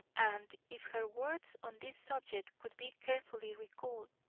and if her words on this subject could be carefully recalled,